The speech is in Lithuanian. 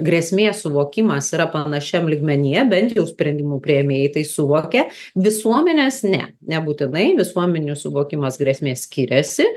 grėsmės suvokimas yra panašiam lygmenyje bent jau sprendimų priėmėjai tai suvokia visuomenės ne nebūtinai visuomenių suvokimas grėsmės skiriasi